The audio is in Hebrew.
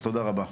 אז תודה רבה.